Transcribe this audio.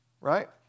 right